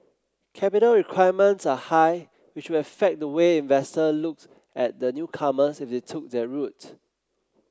capital requirements are high which would affect the way investor looked at the newcomers if they took that route